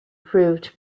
proved